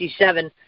1967